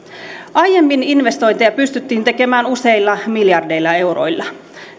aiemmin investointeja pystyttiin tekemään useilla miljardeilla euroilla